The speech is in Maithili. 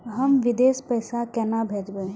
हम विदेश पैसा केना भेजबे?